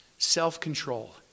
self-control